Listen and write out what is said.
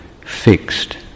fixed